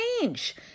change